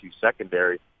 secondary